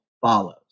follows